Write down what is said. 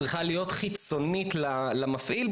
צריכה להיות חיצונית למפעיל,